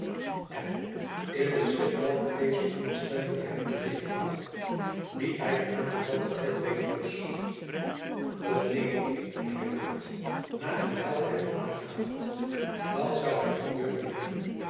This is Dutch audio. en in den schrik welken deze onderstelling by hem te weeg bracht liet hy de aangevatte kruk weder los doch neen ging hy voort na een wijl te hebben nagedacht dat zoû hy niet durven doen